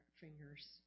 fingers